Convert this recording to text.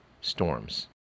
storms